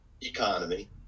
economy